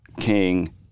King